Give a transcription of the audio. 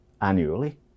annually